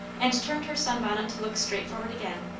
and turned her sun-bonnet to look straight forward again,